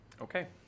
okay